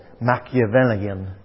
Machiavellian